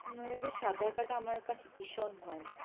নদীতে সাঁতার কাটা আমার কাছে ভীষণ ভয়ানক